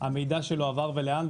המידע שלו עבר ולאן,